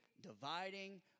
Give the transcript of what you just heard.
dividing